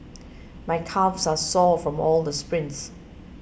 my calves are sore from all the sprints